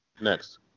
Next